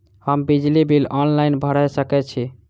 हम बिजली bill online भैर सकै छी?